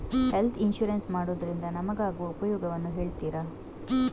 Health insurance ಮಾಡೋದ್ರಿಂದ ನಮಗಾಗುವ ಉಪಯೋಗವನ್ನು ಹೇಳ್ತೀರಾ?